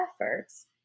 efforts